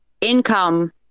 income